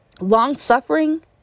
Long-suffering